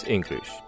English